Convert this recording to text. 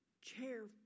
chair